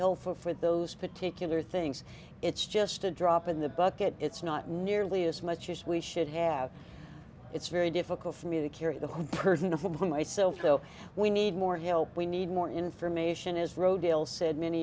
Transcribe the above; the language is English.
helpful for those particular things it's just a drop in the bucket it's not nearly as much as we should have it's very difficult for me to carry the burden of one myself though we need more help we need more information as rodale said many